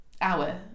hour